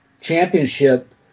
championship